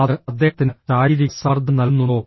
അത് അദ്ദേഹത്തിന് ശാരീരിക സമ്മർദ്ദം നൽകുന്നുണ്ടോ